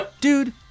Dude